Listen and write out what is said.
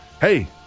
Hey